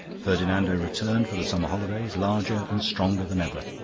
ferdinando returned for the summer holidays larger and stronger than ever.